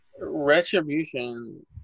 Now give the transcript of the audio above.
Retribution